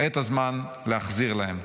כעת הזמן להחזיר להם.